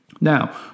now